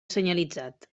senyalitzat